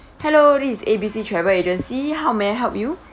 hello this is A_B_C travel agency how may I help you